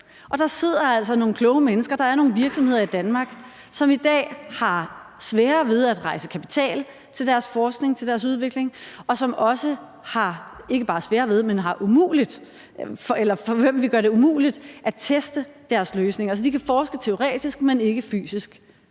der sidder altså nogle kloge mennesker, og der er nogle virksomheder i Danmark, som i dag ikke bare har sværere ved at rejse kapital til deres forskning og til deres udvikling, men for hvem vi også gør det umuligt at teste deres løsninger, så de kan forske teoretisk, men ikke fysisk,